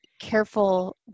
careful